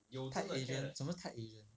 tied agent 什么是 tied agent